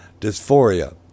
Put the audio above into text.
dysphoria